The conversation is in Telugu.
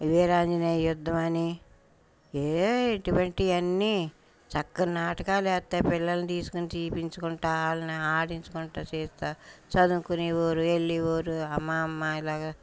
వీరాంజనేయ యుద్ధమని ఏ ఇటువంటివి అన్నీ చక్కని నాటకాలు ఏత్తే పిల్లల్ని తీసుకుని చూపించుకుంటా వాళ్ళని ఆడించుకుంటా చేస్తూ చదువుకునే వారు వెళ్ళే వారు అమ్మ అమ్మ ఇలాగా